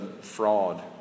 fraud